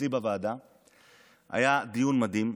היה דיון מדהים.